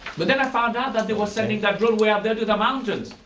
but then i found out that they were sending that drone way up there to the mountains.